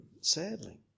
sadly